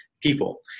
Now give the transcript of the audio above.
people